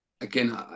Again